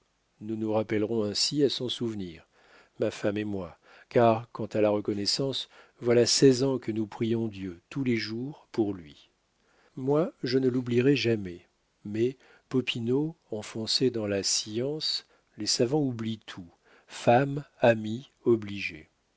nous nous rappellerons ainsi à son souvenir ma femme et moi car quant à la reconnaissance voilà seize ans que nous prions dieu tous les jours pour lui moi je ne l'oublierai jamais mais popinot enfoncés dans la science les savants oublient tout femmes amis